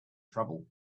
trouble